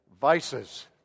vices